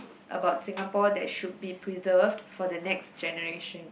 about Singapore that should be preserved for the next generation